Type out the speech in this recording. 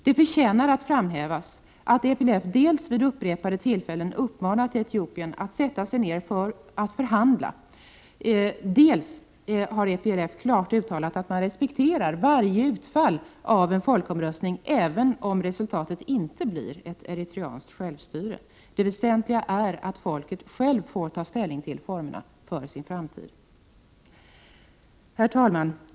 Det förtjänar att framhävas dels att EPLF vid upprepade tillfällen har uppmanat Etiopien att börja förhandla, dels att EPLF klart har uttalat att man respekterar varje utfall av en folkomröstning, även om resultatet inte blir ett eritreanskt självstyre. Det väsentliga är att folket självt får ta ställning till formerna för sin framtid. Herr talman!